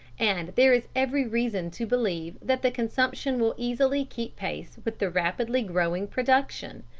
and there is every reason to believe that the consumption will easily keep pace with the rapidly growing production.